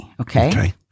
okay